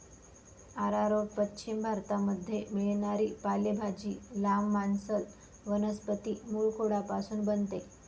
arrowroot पश्चिम भारतामध्ये मिळणारी पालेभाजी, लांब, मांसल वनस्पती मूळखोडापासून बनते